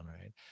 right